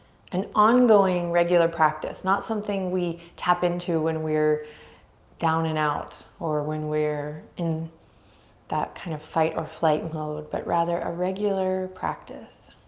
an ongoing regular practice. not something we tap into when we're down and out or when we're in that kind of fight-or-flight mode but rather a regular practice.